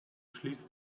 schließt